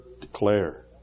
declare